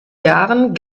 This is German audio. jahren